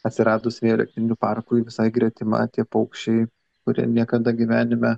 atsiradus vėjo elektrinių parkui visai gretima tie paukščiai kurie niekada gyvenime